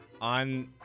on